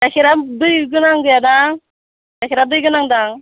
गायखेरा दै गोनां गैयादां गायखेरा दै गोनांदां